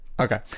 okay